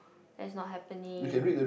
that's not happening